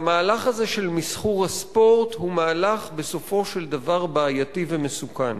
המהלך הזה של מסחור הספורט הוא בסופו של דבר בעייתי ומסוכן.